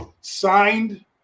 signed